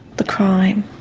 the crime